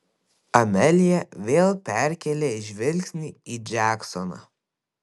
amelija vėl perkėlė žvilgsnį į džeksoną